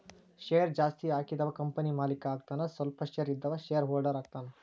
share ಜಾಸ್ತಿ ಹಾಕಿದವ company ಮಾಲೇಕ ಆಗತಾನ ಸ್ವಲ್ಪ ಶೇರ್ ಇದ್ದವ ಶೇರ್ ಹೋಲ್ಡರ್ ಆಗತಾನ